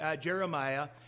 Jeremiah